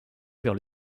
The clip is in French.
vers